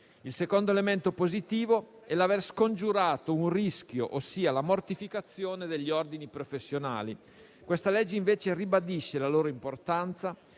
Il secondo elemento positivo è l'aver scongiurato un rischio, ossia la mortificazione degli ordini professionali. Questo disegno di legge ribadisce invece la loro importanza,